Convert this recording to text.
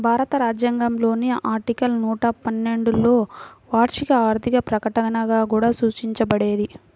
భారత రాజ్యాంగంలోని ఆర్టికల్ నూట పన్నెండులోవార్షిక ఆర్థిక ప్రకటనగా కూడా సూచించబడేది